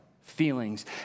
feelings